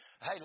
Hey